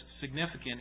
significant